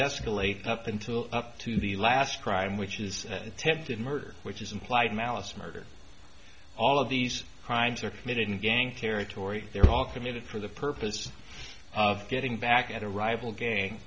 escalate until up to the last crime which is attempted murder which is implied malice murder all of these crimes are committed in gang territory they're all committed for the purpose of getting back at a rival gang